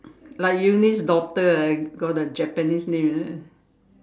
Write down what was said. like Eunice daughter ah got the Japanese name is it